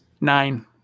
Nine